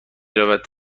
رود